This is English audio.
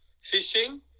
fishing